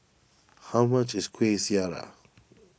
how much is Kuih Syara